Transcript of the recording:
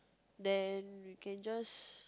then we can just